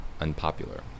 unpopular